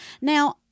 Now-